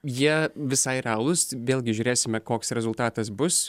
jie visai realūs vėlgi žiūrėsime koks rezultatas bus